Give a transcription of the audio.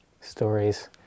stories